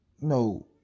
no